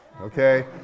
okay